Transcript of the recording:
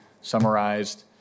summarized